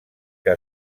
que